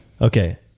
Okay